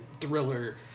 thriller